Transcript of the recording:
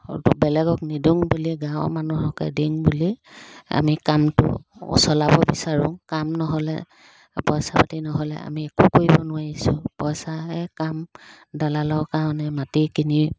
অ'ৰ ত'ৰ বেলেগক নিদোং বুলি গাঁৱৰ মানুহকে দিং বুলি আমি কামটো চলাব বিচাৰোঁ কাম নহ'লে পইচা পাতি নহ'লে আমি একো কৰিব নোৱাৰিছোঁ পইচাৰে কাম দালালৰ কাৰণে মাটি কিনি